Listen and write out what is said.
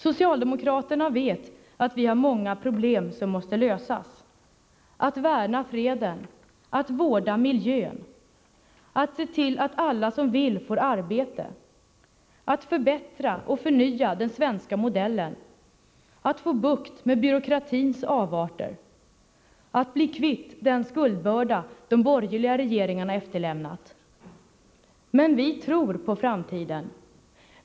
Socialdemokraterna vet att vi har många problem som måste lösas: — att värna freden, — att se till att alla som vill får arbete, — att förbättra och förnya den svenska modellen, — att få bukt med byråkratins avarter, — att bli kvitt den skuldbörda de borgerliga regeringarna efterlämnat. Men vi tror på framtiden.